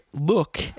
look